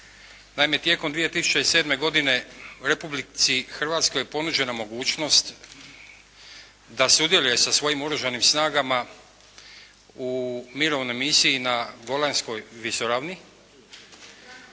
tijekom 2007. godine Republici Hrvatskoj je ponuđena mogućnost da sudjeluje sa svojim oružanim snagama u mirovnoj misiji na Golanskoj visoravni